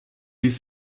ließ